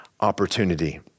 opportunity